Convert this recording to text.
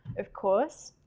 of course,